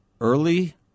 Early